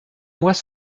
mois